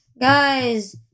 guys